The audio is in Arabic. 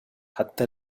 حتى